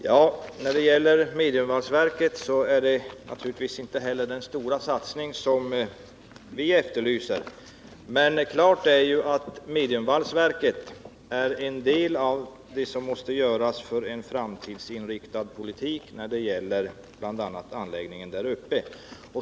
Herr talman! Mediumvalsverket är naturligtvis inte den stora satsning som viefterlyser, men klart är att mediumvalsverket är en del av det som måste till för att åstadkomma en framtidsinriktad politik när det gäller anläggningen där uppe.